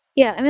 yeah. and